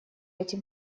этим